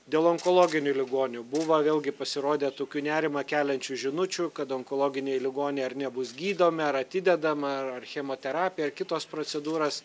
dėl onkologinių ligonių buvo vėlgi pasirodė tokių nerimą keliančių žinučių kad onkologiniai ligoniai ar nebus gydomi ar atidedama ar ar chemoterapija ar kitos procedūros